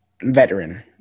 veteran